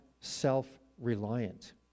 self-reliant